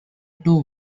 two